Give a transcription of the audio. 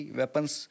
weapons